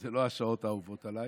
אלו לא השעות האהובות עליי,